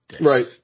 Right